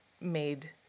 made